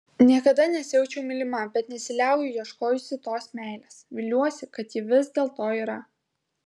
niekada nesijaučiau mylima bet nesiliauju ieškojusi tos meilės viliuosi kad ji vis dėlto yra